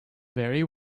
very